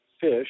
fish